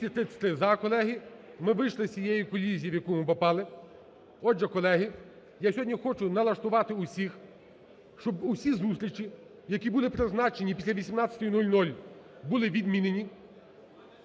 За-233 Колеги, ми вийшли з цієї колізії, в яку ми попали. Отже, колеги, я сьогодні хочу налаштувати усіх, щоб усі зустрічі, які були призначені після 18:00, були відмінені.